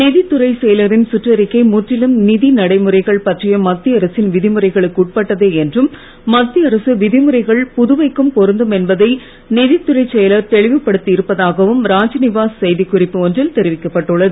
நிதித் துறைச் செயலரின் சுற்றறிக்கை முற்றிலும் நிதி நடைமுறைகள் பற்றிய மத்திய அரசின் விதிமுறைகளுக்கு உட்பட்டதே என்றும் மத்திய அரசு விதிமுறைகள் புதுவைக்கும் பொருந்தும் என்பதை நிதித் துறைச் செயலர் தெளிவுபடுத்தி இருப்பதாகவும் ராஜ்நிவாஸ் செய்திக்குறிப்பு ஒன்றில் தெரிவிக்கப்பட்டு உள்ளது